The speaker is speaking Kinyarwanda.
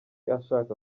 ashaka